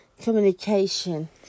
communication